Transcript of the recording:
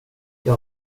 jag